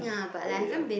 when they young